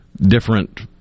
different